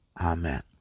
Amen